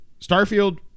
Starfield